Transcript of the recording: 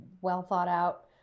well-thought-out